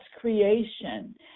creation